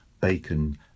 bacon